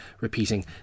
repeating